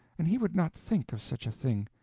and he would not think of such a thing.